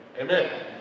Amen